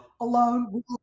alone